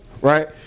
Right